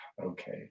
Okay